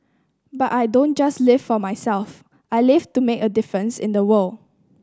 but I don't just live for myself I live to make a difference in the world